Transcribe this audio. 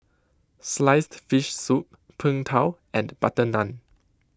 Sliced Fish Soup Png Tao and Butter Naan